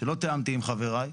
שלא תיאמתי עם חבריי.